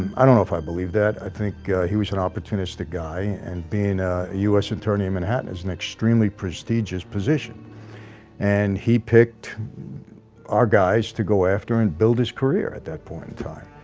i don't know if i believe that i think he was an opportunistic guy and being a us attorney in manhattan is an extremely prestigious position and he picked our guys to go after and build his career at that point in time,